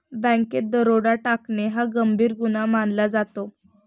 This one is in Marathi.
बँकेत दरोडा टाकणे हा गंभीर गुन्हा मानला जातो